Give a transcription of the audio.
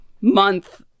month